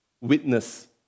witness